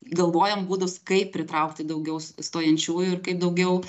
galvojam būdus kaip pritraukti daugiau stojančiųjų ir kaip daugiau